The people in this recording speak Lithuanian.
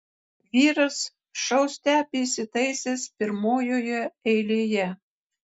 vyras šou stebi įsitaisęs pirmojoje eilėje